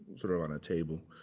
sort of on a table.